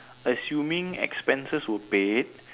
assuming expenses were paid